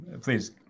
please